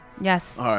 Yes